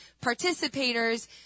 participators